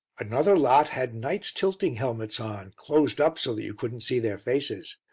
another lot had knights' tilting helmets on, closed up so that you couldn't see their faces.